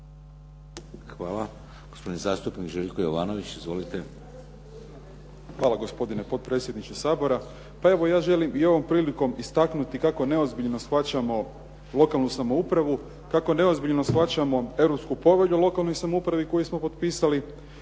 Hvala. Gospodin zastupnik Željko Jovanović. Izvolite. **Jovanović, Željko (SDP)** Hvala gospodine potpredsjedniče Sabora. Pa evo ja želim i ovom prilikom istaknuti kako neozbiljno shvaćao lokalnu samoupravu, kako neozbiljno shvaćamo europsku povelju o lokalnoj samoupravi koju smo potpisali,